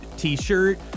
t-shirt